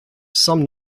some